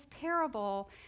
parable